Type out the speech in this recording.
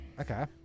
Okay